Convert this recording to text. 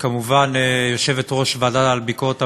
וכמובן יושבת-ראש הוועדה לביקורת המדינה,